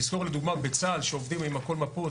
תזכור לדוגמה בצה"ל כשעובדים עם מפות,